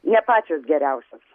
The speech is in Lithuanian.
ne pačios geriausios